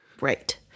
Right